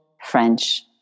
French